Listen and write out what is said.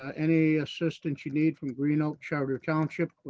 any assistance you need from green oak charter township,